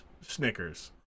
Snickers